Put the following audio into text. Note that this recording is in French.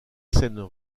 scènes